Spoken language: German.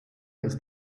ist